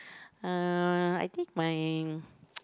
uh I think my